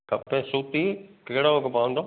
कपिड़े सूती कहिड़ो अघि पवंदो